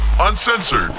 uncensored